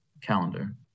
calendar